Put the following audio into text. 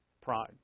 pride